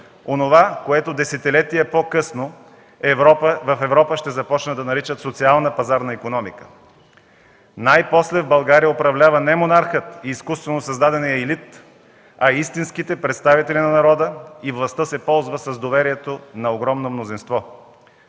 онова, което десетилетия по-късно в Европа ще започнат да наричат „социална пазарна икономика”. Най-после в България управлява не монархът и изкуствено създаденият елит, а истинските представители на народа и властта се ползва с доверието на огромно мнозинство.